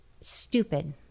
Stupid